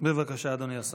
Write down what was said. לוין, בבקשה, אדוני השר.